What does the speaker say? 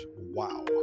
Wow